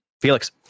Felix